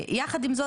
יחד עם זאת,